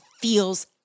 feels